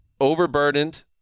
overburdened